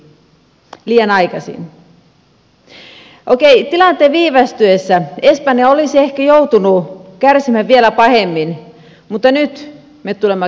okei tilanteen viivästyessä espanja olisi ehkä joutunut kärsimään vielä pahemmin mutta nyt me tulemme kärsimään kaikki